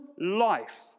life